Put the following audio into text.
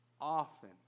often